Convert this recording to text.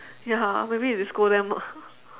ya maybe they scold them lah